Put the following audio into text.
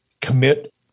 commit